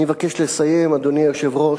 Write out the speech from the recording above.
אני מבקש לסיים, אדוני היושב-ראש.